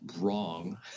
wrong